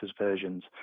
versions